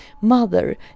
Mother